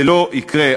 זה לא יקרה,